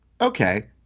okay